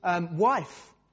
wife